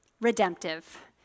redemptive